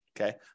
okay